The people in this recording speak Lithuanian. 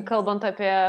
kalbant apie